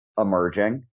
emerging